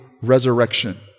resurrection